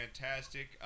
fantastic